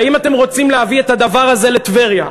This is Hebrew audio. האם אתם רוצים להביא את הדבר הזה לטבריה?